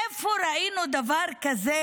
איפה ראינו דבר כזה